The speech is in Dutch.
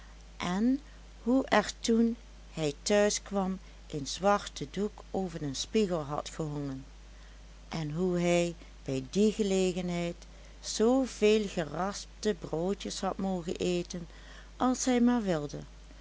en hoe er toen hij thuis kwam een zwarte doek over den spiegel had gehongen en hoe hij bij die gelegenheid zoo veel geraspte broodjes had mogen eten als hij maar wilde